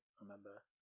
remember